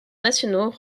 nationaux